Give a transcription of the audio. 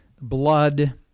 blood